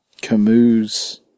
Camus